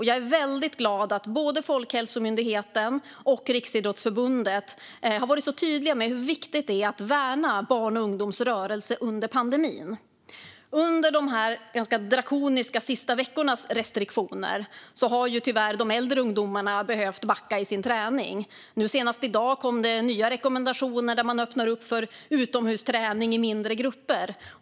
Jag är väldigt glad att både Folkhälsomyndigheten och Riksidrottsförbundet har varit så tydliga med hur viktigt det är att värna barns och ungas rörelse under pandemin. Under de senaste veckornas ganska drakoniska restriktioner har de äldre ungdomarna tyvärr behövt backa i sin träning. Senast i dag kom det nya rekommendationer, som öppnar för utomhusträning i mindre grupper.